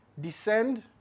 Descend